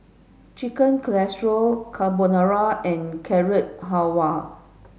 Chicken Casserole Carbonara and Carrot Halwa